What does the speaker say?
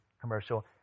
commercial